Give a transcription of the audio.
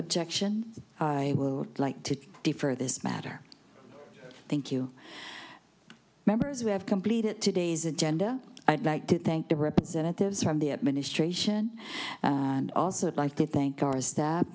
objection i will like to defer this matter thank you members who have completed today's agenda i'd like to thank the representatives from the administration and also like to thank our